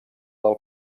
del